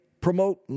promote